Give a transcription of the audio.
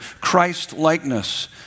Christ-likeness